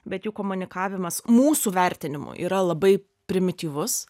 bet jų komunikavimas mūsų vertinimu yra labai primityvus